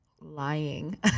lying